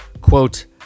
Quote